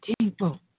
people